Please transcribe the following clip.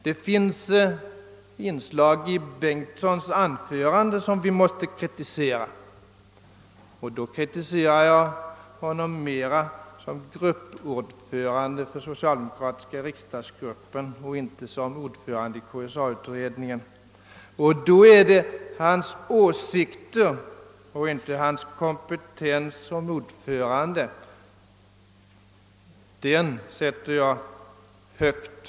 Det finns inslag i herr Bengtssons anföranden som vi måste kritisera, men han kritiseras då som ordförande för den socialdemokratiska riksdagsgruppen och inte som ordförande i KSA-utredningen. Och det är hans åsikter som kritiseras, inte hans kompetens som ordförande — den sätter jag högt.